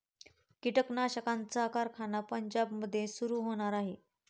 कीटकनाशकांचा कारखाना पंजाबमध्ये सुरू होणार आहे